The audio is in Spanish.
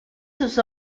sus